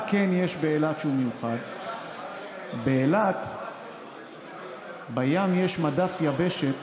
מה כן יש באילת שהוא מיוחד, באילת בים יש מדף יבשת